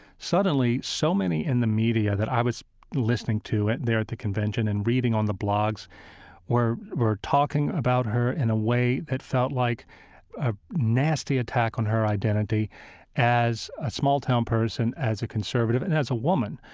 suddenly, so many in the media that i was listening to and there at the convention and reading on the blogs were were talking about her in a way that felt like a nasty attack on her identity as a small-town person, as a conservative, and as a woman.